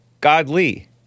godly